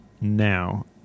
now